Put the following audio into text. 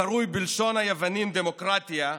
הקרוי בלשון היוונים 'דמוקרטיה',